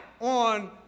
on